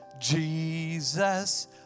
Jesus